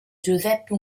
giuseppe